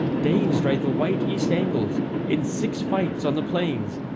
danes drive the white east angles in six fights on the plains,